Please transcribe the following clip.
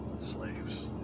slaves